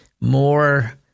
more